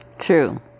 True